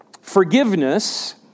forgiveness